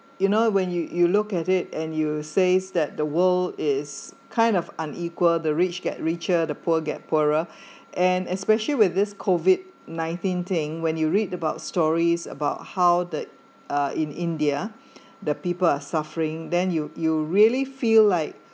you know when you you look at it and you says that the world is kind of unequal the rich get richer the poor get poorer and especially with this COVID nineteen thing when you read about stories about how that uh in india the people are suffering then you you really feel like